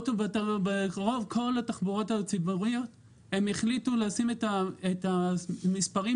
בכל התחבורה הציבורית החליטו לשים את המספרים